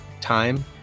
time